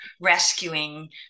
rescuing